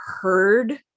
heard